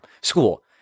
School